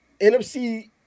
NFC